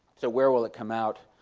so where will it come out?